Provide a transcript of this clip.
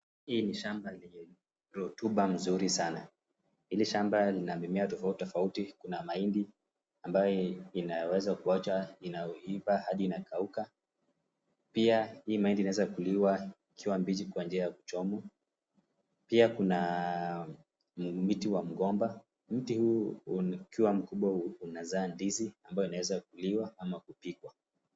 Hili ni shamba lenye rotuba mzuri sana. Hili shamba lina mimea tofauti tofauti kuna mahindi ambayo inaweza kuachwa inaivaa hadi inakauka. Pia hii mahindi inaweza kuliwa ikiwa mbichi kwa njia ya kuchoma, pia kuna mti wa mgomba mti huu ukiwa mkubwa unazaa ndizi ambayo inaweza kuliwa au kupikwa.